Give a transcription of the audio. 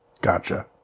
gotcha